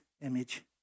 image